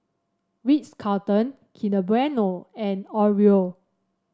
Ritz Carlton Kinder Bueno and Oreo